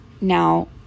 now